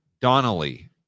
Donnelly